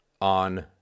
on